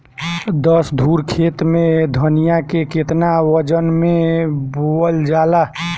दस धुर खेत में धनिया के केतना वजन मे बोवल जाला?